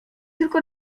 tylko